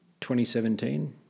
2017